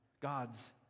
God's